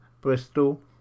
Bristol